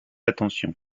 attention